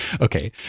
okay